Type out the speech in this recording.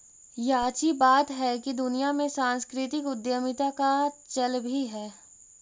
याची बात हैकी दुनिया में सांस्कृतिक उद्यमीता का चल भी है